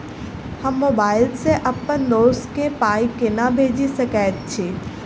हम मोबाइल सअ अप्पन दोस्त केँ पाई केना भेजि सकैत छी?